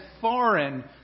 foreign